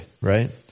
right